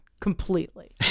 Completely